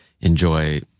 enjoy